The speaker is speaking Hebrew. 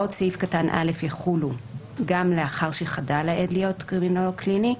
ב)הוראות סעיף קטן (א) יחולו גם לאחר שחדל העד להיות קרימינולוג קליני.